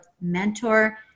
mentor